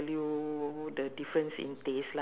I I like the ambience eh actually